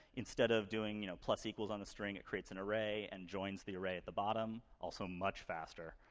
instead of doing, you know, plus equals on the string, it creates an array and joins the array at the bottom also much faster.